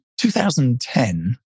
2010